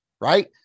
right